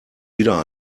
wieder